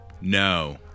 No